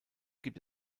gibt